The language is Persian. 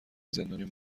زندونیم